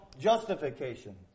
justification